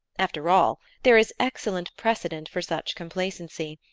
after all, there is excellent precedent for such complacency.